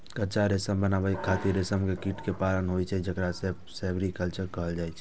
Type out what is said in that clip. कच्चा रेशम बनाबै खातिर रेशम के कीट कें पालन होइ छै, जेकरा सेरीकल्चर कहल जाइ छै